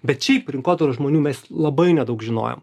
bet šiaip rinkodaros žmonių mes labai nedaug žinojom